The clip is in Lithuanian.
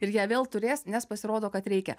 ir ją vėl turės nes pasirodo kad reikia